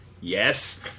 Yes